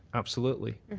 absolutely.